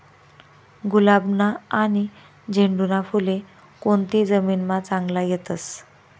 गुलाबना आनी झेंडूना फुले कोनती जमीनमा चांगला येतस?